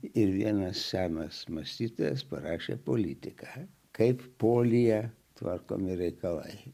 ir vienas senas mąstytojas parašė politiką kaip polyje tvarkomi reikalai